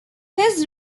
his